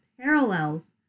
parallels